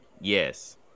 Yes